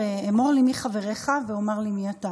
אמור לי מי חברייך ואומר לי מי אתה.